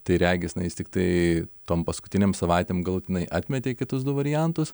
tai regis tiktai tom paskutinėm savaitėm galutinai atmetė kitus du variantus